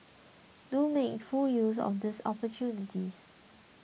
do make full use of these opportunities